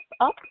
up